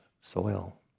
soil